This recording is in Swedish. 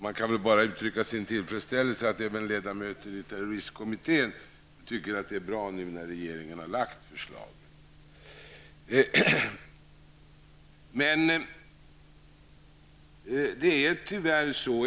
Man kan bara uttrycka sin tillfredsställelse över att även ledamöter i terroristkommittén tycker att det är bra att regeringen har lagt fram ett sådant förslag.